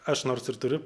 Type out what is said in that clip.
aš nors ir turiu